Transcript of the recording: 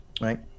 right